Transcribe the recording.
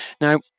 Now